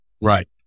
Right